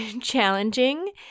challenging